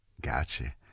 Gotcha